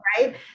right